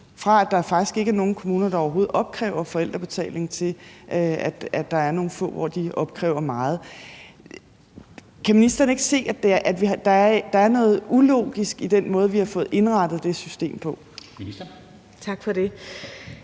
fra at der faktisk er nogle kommuner, der overhovedet ikke opkræver forældrebetaling, til nogle få kommuner, der opkræver meget. Kan ministeren ikke se, at der er noget ulogisk i den måde, vi har fået indrettet det system på? Kl.